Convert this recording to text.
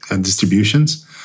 distributions